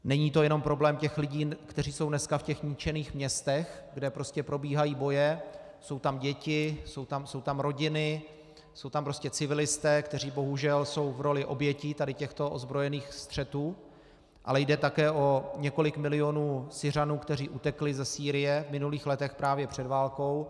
Není to jenom problém těch lidí, kteří jsou dneska v těch ničených městech, kde prostě probíhají boje, jsou tam děti, jsou tam rodiny, jsou tam civilisté, kteří, bohužel, jsou v roli obětí tady těchto ozbrojených střetů, ale jde také o několik milionů Syřanů, kteří utekli ze Sýrie v minulých letech právě před válkou.